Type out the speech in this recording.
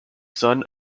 son